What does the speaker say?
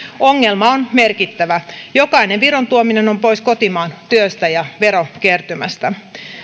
ongelma on merkittävä jokainen viron tuominen on pois kotimaan työstä ja verokertymästä